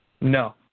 No